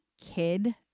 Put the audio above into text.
kid